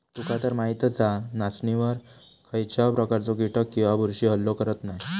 तुकातर माहीतच हा, नाचणीवर खायच्याव प्रकारचे कीटक किंवा बुरशी हल्लो करत नाय